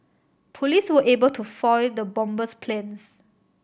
police were able to foil the bomber's plans